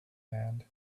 hand